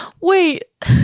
Wait